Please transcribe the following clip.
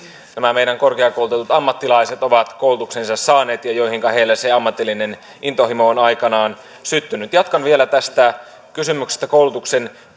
nämä meidän korkeakoulutetut ammattilaisemme ovat koulutuksensa saaneet ja johonka heillä se ammatillinen intohimo on aikanaan syttynyt jatkan vielä tästä kysymyksestä koulutuksen